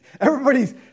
Everybody's